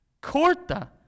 Corta